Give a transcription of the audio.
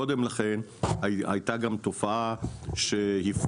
קודם לכן, הייתה גם תופעה שהפריעו,